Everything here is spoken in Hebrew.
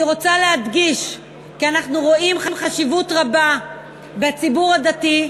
אני רוצה להדגיש כי אנחנו רואים חשיבות רבה בציבור הדתי,